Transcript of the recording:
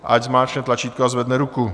Ať zmáčkne tlačítko a zvedne ruku.